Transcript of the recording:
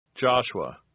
Joshua